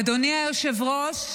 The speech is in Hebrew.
אדוני היושב-ראש,